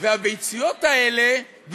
והביציות האלה,